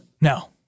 no